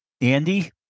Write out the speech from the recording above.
Andy